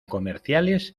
comerciales